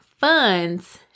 funds